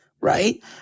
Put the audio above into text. right